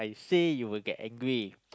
say you will get angry